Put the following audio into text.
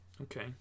Okay